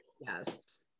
Yes